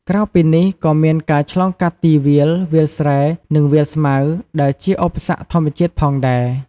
ក្រៅពីនេះក៏មានការឆ្លងកាត់ទីវាល វាលស្រែ និងវាលស្មៅ ដែលជាឧសគ្គធម្មជាតិផងដែរ។